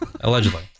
Allegedly